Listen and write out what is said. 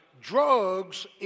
Drugs